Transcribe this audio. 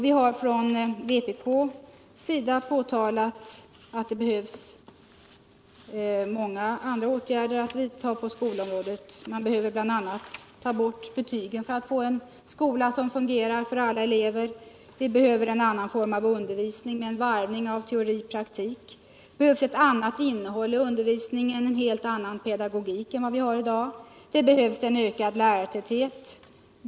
Vi har från vpk påtalat att det behöver vidtas många andra åtgärder på skolområdet. BI. a. måste betygen tas bort för att vi skall få en skola som fungerar för alla elever. Vi behöver en annan form av undervisning med varvning av teori och praktik. Det behövs ett annat innehåll i undervisningen, en helt annan pedagogik än vi har i dag. Det behövs en ökad lärartäthet.